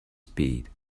speed